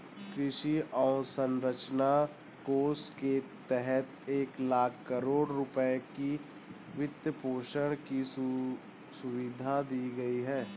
कृषि अवसंरचना कोष के तहत एक लाख करोड़ रुपए की वित्तपोषण की सुविधा दी गई है